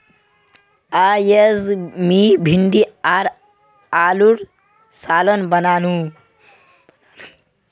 अयेज मी भिंडी आर आलूर सालं बनानु